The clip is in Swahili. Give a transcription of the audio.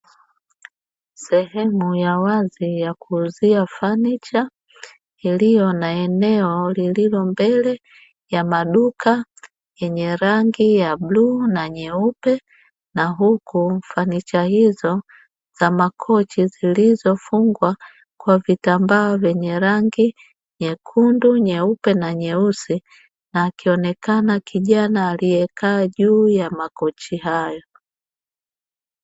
Sehemu ya wazi ya kuuzia fanicha, iliyo na eneo lililo mbele ya maduka yenye rangi ya bluu na nyeupe na huku fanicha hizo za makochi zilizofungwa kwa vitambaa vyenye rangi; nyekundu, nyeupe na nyeusi na akionekana kijana aliyekaa juu ya makochi hayo.